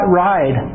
ride